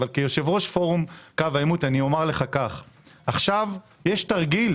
אבל כיושב-ראש פורום קו העימות אומר לך שעכשיו יש תרגיל